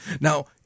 now